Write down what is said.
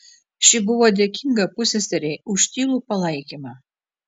ši buvo dėkinga pusseserei už tylų palaikymą